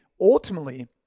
ultimately